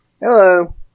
Hello